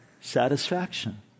Satisfaction